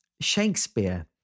Shakespeare